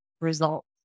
results